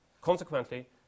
Consequently